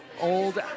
old